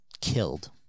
killed